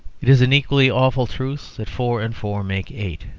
it is an equally awful truth that four and four make eight,